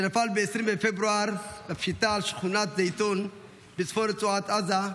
שנפל ב-20 בפברואר בפשיטה על שכונת זייתון בצפון רצועת עזה,